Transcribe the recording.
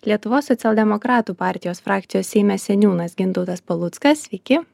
lietuvos socialdemokratų partijos frakcijos seime seniūnas gintautas paluckas sveiki